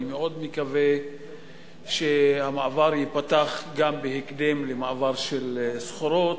אני מאוד מקווה שהמעבר ייפתח גם בהקדם למעבר של סחורות.